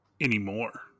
Anymore